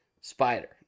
spider